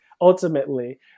ultimately